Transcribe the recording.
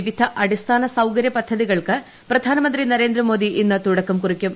വിവിധ അടിസ്ഥാന സൌകര്യ പദ്ധതികൾക്ക് പ്രധാനമന്ത്രി നരേന്ദ്രമോദി ഇന്ന് തുടക്കം കുറിക്കും